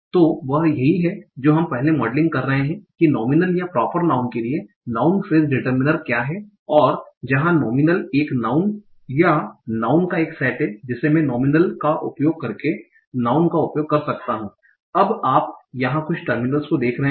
तो यह वही है जो हम पहले मॉडलिंग कर रहे हैं कि नोमीनल या प्रोपर नाउँन के लिए नाउँन फ्रेस डिटर्मिनर क्या है और जहां नोमीनल एक नाउँन या नाउँन का एक सेट है जिसे मैं नोमीनल का उपयोग करके नाउँन का उपयोग करता हूं अब आप यहाँ कुछ टर्मिनल्स को देख रहे हैं